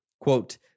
Quote